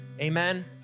Amen